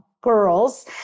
girls